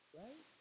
right